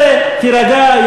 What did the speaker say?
הצבעת.